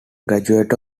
graduate